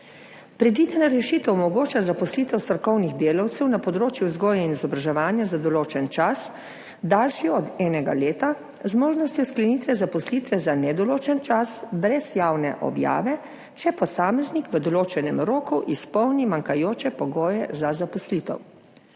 Predvidena rešitev omogoča zaposlitev strokovnih delavcev na področju vzgoje in izobraževanja za določen čas, daljši od enega leta, z možnostjo sklenitve zaposlitve za nedoločen čas brez javne objave, če posameznik v določenem roku izpolni manjkajoče pogoje za zaposlitev.